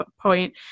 point